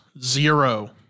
zero